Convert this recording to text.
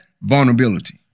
vulnerability